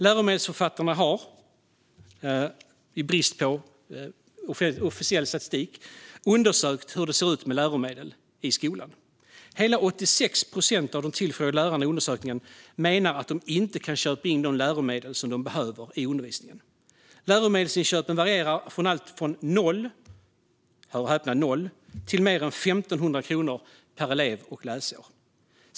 Läromedelsförfattarna har, i brist på officiell statistik, undersökt hur det ser ut med läromedel i skolan. Hela 86 procent av de tillfrågade lärarna i undersökningen menar att det inte kan köpa in de läromedel som de behöver i undervisningen. Läromedelsinköpen varierar från - hör och häpna - 0 till mer än 1 500 kronor per elev och läsår.